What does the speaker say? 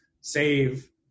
save